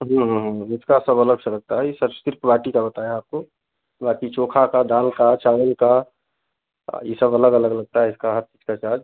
उसका सब अलग से रहता है ई सर सिर्फ़ बाटी का बताया आपको बाकी चोखा का दाल का चावल का ई सब अलग अलग लगता है इसका